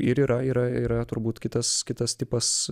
ir yra yra yra turbūt kitas kitas tipas